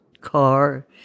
car